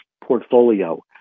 portfolio